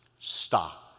stop